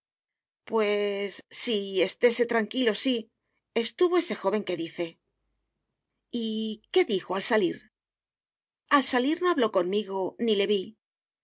pues sí estese tranquilo sí estuvo ese joven que dice y qué dijo al salir al salir no habló conmigo ni le vi